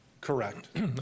Correct